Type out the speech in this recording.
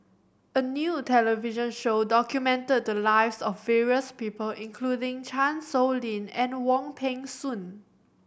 a new television show documented the lives of various people including Chan Sow Lin and Wong Peng Soon